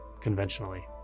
conventionally